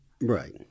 Right